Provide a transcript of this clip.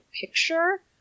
picture